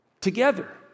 together